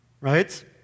right